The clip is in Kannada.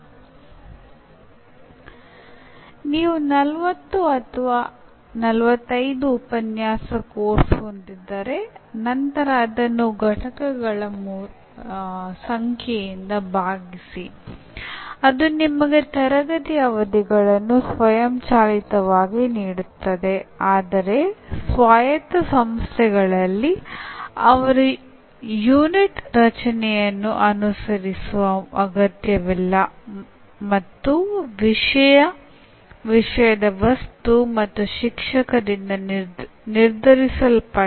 ಕಲಿಕೆಯನ್ನು ನೋಡುವ ಇನ್ನೊಂದು ವಿಧಾನವೆಂದರೆ ಕಲಿಕೆಯು ಒಂದು ಪ್ರಕ್ರಿಯೆಯಾಗಿದ್ದು ಅದು ಅನುಭವದ ಪರಿಣಾಮವಾಗಿ ಸಂಭವಿಸುವ ಬದಲಾವಣೆ ಮತ್ತು ಸುಧಾರಿತ ಕಾರ್ಯಕ್ಷಮತೆ ಮತ್ತು ಭವಿಷ್ಯದ ಕಲಿಕೆಯ ಸಾಮರ್ಥ್ಯವನ್ನು ಹೆಚ್ಚಿಸುತ್ತದೆ